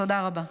תודה רבה.